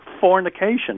fornication